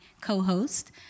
co-host